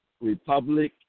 Republic